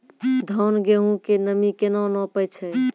धान, गेहूँ के नमी केना नापै छै?